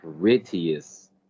prettiest